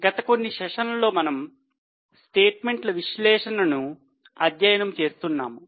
గత కొన్ని సెషన్లలో మనము స్టేట్మెంట్ల విశ్లేషణను అధ్యయనం చేస్తున్నాము